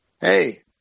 Hey